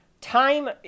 time